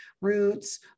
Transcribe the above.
roots